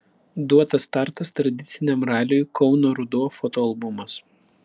duotas startas tradiciniam raliui kauno ruduo fotoalbumas